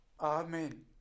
Amen